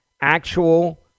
actual